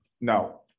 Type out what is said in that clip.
No